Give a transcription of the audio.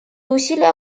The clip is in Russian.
усилия